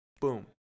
boom